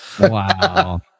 Wow